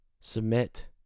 submit